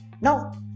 now